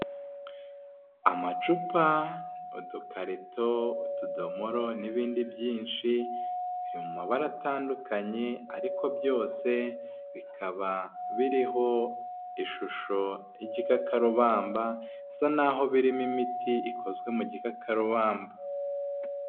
Amacupa, udukarito, utudomoro n'ibindi byinshi, biri mu mabara atandukanye ariko byose bikaba biriho ishusho y'igikakarubamba, bisa naho birimo imiti ikozwe mu gikakarubamba.